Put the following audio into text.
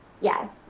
Yes